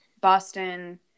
boston